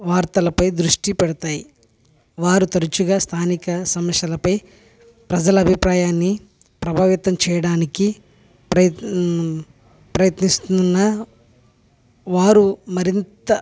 వార్తలపై దృష్టిపెడతాయి వారు తరచుగా స్థానిక సమస్యలపై ప్రజల అభిప్రాయాన్ని ప్రభావితం చేయడానికి ప్ర ప్రయత్నిస్తున్న వారు మరింత